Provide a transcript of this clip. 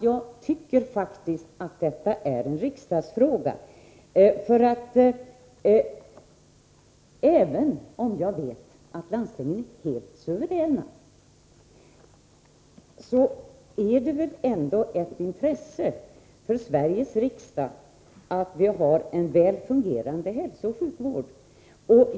jag tycker faktiskt att detta är en riksdagsfråga. Även om jag vet att landstingen är helt suveräna måste det väl ändå vara ett intresse för Sveriges riksdag att vi har en väl fungerande hälsooch sjukvård.